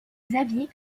xavier